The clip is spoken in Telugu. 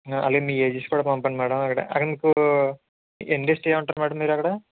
అలగే మీ ఏజెస్ కూడా పంపండి మేడం అక్కడ అక్కడ మీకు ఎన్ని డేస్ స్టే ఉంటారు మేడం మీరు అక్కడ